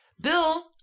Bill